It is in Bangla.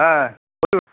হ্যাঁ বলুন